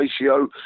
ratio